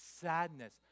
sadness